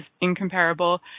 incomparable